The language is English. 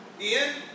Ian